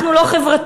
אנחנו לא חברתיים,